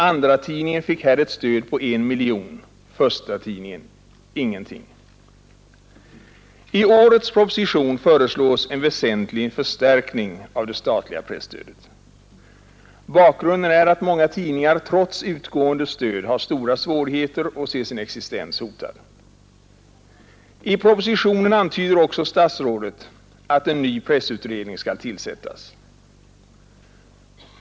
Andratidningen fick här ett stöd på 1 miljon, förstatidningen ingenting. I årets proposition föreslås en väsentlig förstärkning av det statliga presstödet. Bakgrunden är att många tidningar trots utgående stöd har stora svårigheter och ser sin existens hotad. I propositionen antyder statsrådet också att en ny pressutredning skall tillsättas.